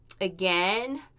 again